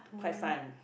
quite fun